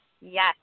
Yes